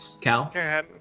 Cal